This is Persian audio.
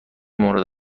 مورد